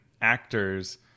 actors